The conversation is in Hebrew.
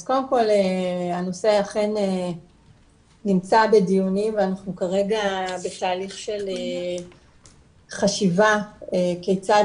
אז קודם כל הנושא אכן נמצא בדיונים ואנחנו כרגע בתהליך של חשיבה כיצד